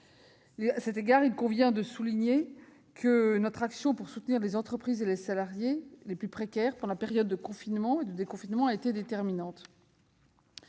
À cet égard, il convient de souligner que notre action pour soutenir les entreprises et les salariés les plus précaires pendant les périodes de confinement et de déconfinement a été déterminante.